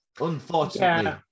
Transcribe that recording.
unfortunately